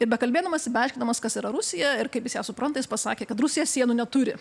ir bekalbėdamas ir beaiškindamas kas yra rusija ir kaip jis ją supranta jis pasakė kad rusija sienų neturi